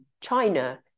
China